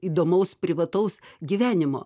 įdomaus privataus gyvenimo